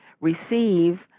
receive